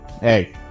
Hey